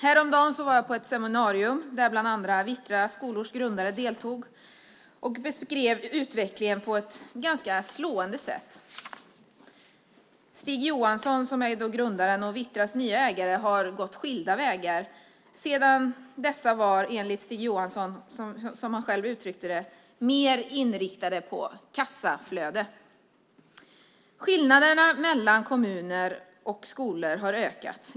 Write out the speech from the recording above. Häromdagen var jag på ett seminarium där bland andra Vittraskolors grundare deltog och beskrev utvecklingen på ett ganska slående sätt. Stig Johansson, som är Vittras grundare, och Vittras nya ägare har gått skilda vägar sedan dessa var, som Stig Johansson själv uttryckte det, mer inriktade på kassaflöde. Skillnaderna mellan kommuner och skolor har ökat.